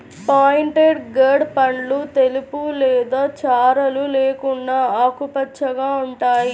pointed gourd పండ్లు తెలుపు లేదా చారలు లేకుండా ఆకుపచ్చగా ఉంటాయి